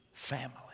Family